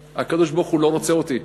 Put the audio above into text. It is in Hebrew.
הקדוש-ברוך-הוא לא רוצה אותי,